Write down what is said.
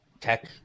tech